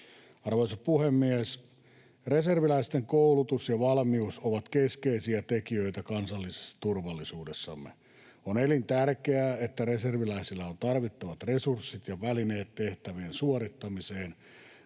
Arvoisa puhemies! Reserviläisten koulutus ja valmius ovat keskeisiä tekijöitä kansallisturvallisuudessamme. On elintärkeää, että reserviläisillä on tarvittavat resurssit ja välineet tehtävien suorittamiseen.